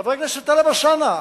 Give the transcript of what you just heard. חבר הכנסת טלב אלסאנע,